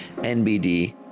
NBD